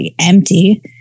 empty